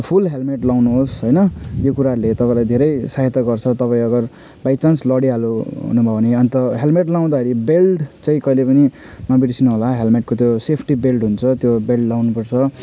फुल helmet लगाउनु होस् होइन यो कुराहरूले तपाईँलाई धेरै सहायता गर्छ तपाईँ अगर बाइ चान्स लडी हाल्यो न भने अन्त हेलमेट लगाउँदाखेरि बेल्ट चाहिँ कहिले पनि नबिर्सनु होला हेलमेटको त्यो सेफ्टी बेल्ट हुन्छ त्यो बेल्ट लगाउनु पर्छ